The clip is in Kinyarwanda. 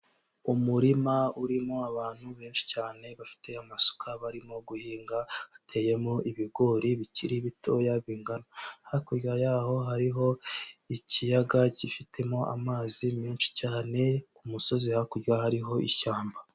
Umurima urimo abantu benshi cyane bafite amasuka barimo guhinga, hateyemo ibigori bikiri bitoya bingana, hakurya yaho hariho ikiyaga gifitemo amazi menshi cyane, ku musozi hakurya hariho ishyamba.